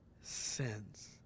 sins